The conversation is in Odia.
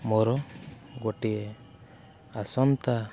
ମୋର ଗୋଟିଏ ଆସନ୍ତା